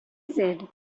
said